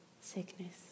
sickness